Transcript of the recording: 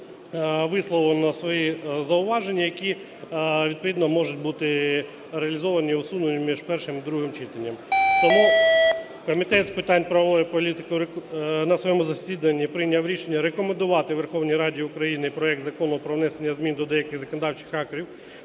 висловлено свої зауваження, які, відповідно, можуть бути реалізовані і усунені між першим і другим читанням. Тому Комітет з питань правової політики на своєму засіданні прийняв рішення рекомендувати Верховній Раді України проект Закону про внесення змін до деяких законодавчих актів